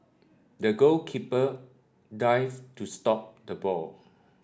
the goalkeeper dived to stop the ball